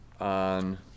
on